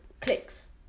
clicks